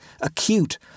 acute